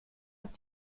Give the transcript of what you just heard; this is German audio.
auf